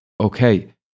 Okay